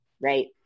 right